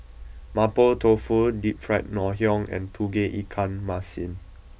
Mapo Tofu Deep Fried Ngoh Hiang and Tauge Ikan Masin